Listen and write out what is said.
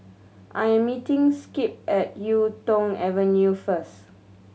I'm meeting Skip at Yuk Tong Avenue first